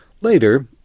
Later